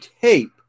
tape